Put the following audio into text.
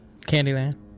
Candyland